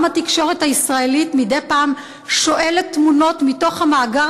גם התקשורת הישראלית מדי פעם שואלת תמונות מתוך המאגר